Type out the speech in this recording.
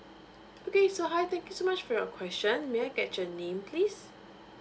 okay so hi thank you so much for your question may I get your name please